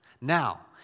Now